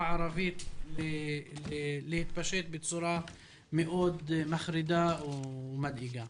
הערבית להתפשט בצורה מאוד מחרידה או מדאיגה.